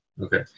okay